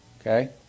Okay